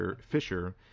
Fisher